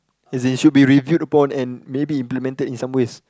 as in it should be reviewed upon and maybe implemented in some ways